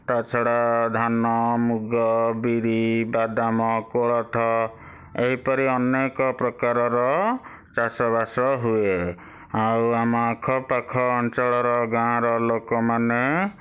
ତା' ଛଡ଼ା ଧାନ ମୁଗ ବିରି ବାଦାମ କୋଳଥ ଏହିପରି ଅନେକପ୍ରକାରର ଚାଷବାସ ହୁଏ ଆଉ ଆମ ଆଖପାଖ ଅଞ୍ଚଳର ଗାଁର ଲୋକମାନେ